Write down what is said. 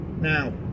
Now